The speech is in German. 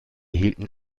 hielten